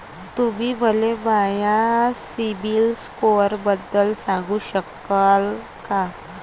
तुम्ही मले माया सीबील स्कोअरबद्दल सांगू शकाल का?